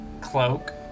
cloak